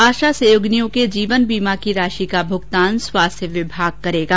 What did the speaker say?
आशा सहयोगिनियों के जीवन बीमा की राशि का भुगतान स्वास्थ्य विभाग करेगा